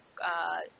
err